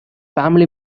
family